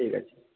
ଠିକ୍ଅଛି